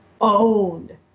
owned